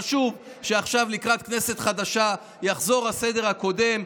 חשוב שעכשיו, לקראת כנסת חדשה, יחזור הסדר הקודם.